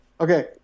Okay